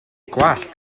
gwallt